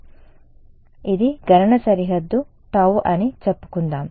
కాబట్టి ఇది గణన సరిహద్దు Γ అని చెప్పుకుందాం